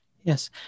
Yes